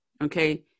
okay